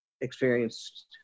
experienced